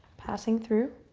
passing through.